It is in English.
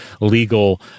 legal